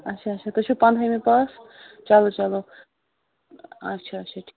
اچھا اچھا تُہۍ چھِو پَنٛدہٲیمہِ پاس چلو چلو اچھا اچھا ٹھِ